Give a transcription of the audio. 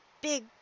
big